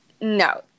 no